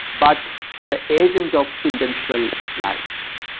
but the agent of intentional life.